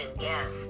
yes